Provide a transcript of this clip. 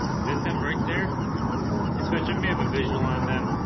set them right there especially may have a visual on them